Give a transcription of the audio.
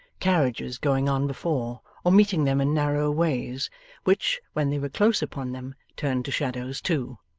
carriages, going on before, or meeting them in narrow ways which, when they were close upon them, turned to shadows too.